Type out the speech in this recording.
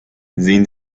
sehen